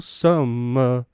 summer